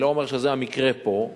אני לא אומר שזה המקרה פה,